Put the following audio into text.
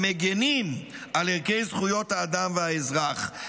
המגינים על ערכי זכויות האדם והאזרח'",